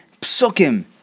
psukim